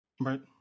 Right